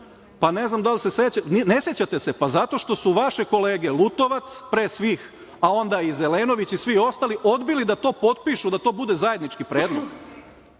pa ne znam da li se sećate… Ne sećate se? Pa, zato što su vaše kolege, Lutovac pre svih, a onda i Zelenović i svi ostali, odbili da to potpišu da to bude zajednički predlog. Dnevni